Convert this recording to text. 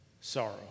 sorrow